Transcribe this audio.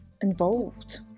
Involved